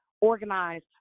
organize